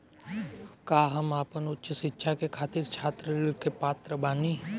का हम आपन उच्च शिक्षा के खातिर छात्र ऋण के पात्र बानी?